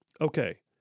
Okay